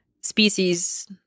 species